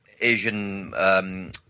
Asian